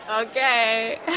Okay